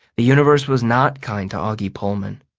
the universe was not kind to auggie pullman.